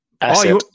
asset